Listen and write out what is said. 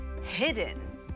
hidden